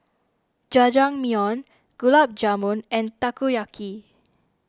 Jajangmyeon Gulab Jamun and Takoyaki